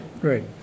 Great